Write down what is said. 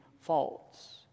faults